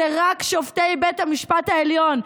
זה רק שופטי בית המשפט העליון.